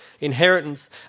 Inheritance